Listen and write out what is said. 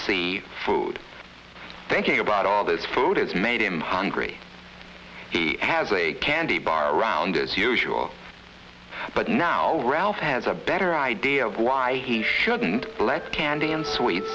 c food thinking about all this food it's made him hungry he has a candy bar around as usual but now ralph has a better idea of why he shouldn't let candy and sweet